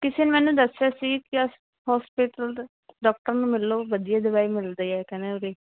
ਕਿਸੇ ਨੇ ਮੈਨੂੰ ਦੱਸਿਆ ਸੀ ਕਿ ਇਸ ਹੋਸਪਿਟਲ ਦੇ ਡਾਕਟਰ ਨੂੰ ਮਿਲ ਲਓ ਵਧੀਆ ਦਵਾਈ ਮਿਲਦੇ ਆ ਕਹਿੰਦੇ ਉਰੇ